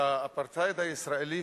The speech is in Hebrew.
האפרטהייד הישראלי,